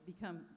become